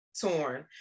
torn